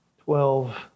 twelve